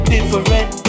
Different